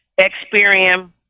Experian